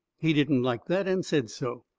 he didn't like that, and said so.